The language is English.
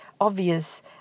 obvious